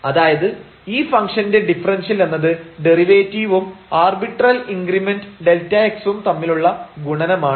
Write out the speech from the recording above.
അതായത് ഈ ഫംഗ്ഷൻറെ ഡിഫറെൻഷ്യൽ എന്നത് ഡെറിവേറ്റീവും ആർബിട്രൽ ഇൻക്രിമെന്റ് Δx ഉം തമ്മിലുള്ള ഗുണനമാണ്